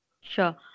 Sure